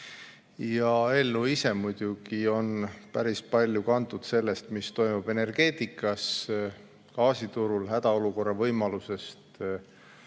Eelnõu ise on muidugi päris palju kantud sellest, mis toimub energeetikas, gaasiturul, hädaolukorra võimalusest,